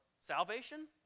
salvation